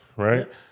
Right